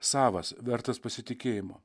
savas vertas pasitikėjimo